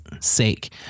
sake